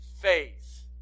faith